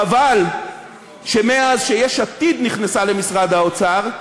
חבל שמאז שיש עתיד נכנסה למשרד האוצר,